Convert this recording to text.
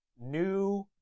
New